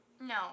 no